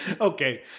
Okay